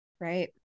Right